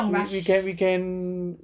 we we can we can